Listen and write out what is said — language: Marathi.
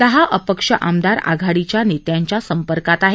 दहा अपक्ष आमदार आघाडीच्या नेत्यांच्या संपर्कात आहेत